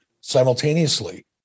simultaneously